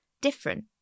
different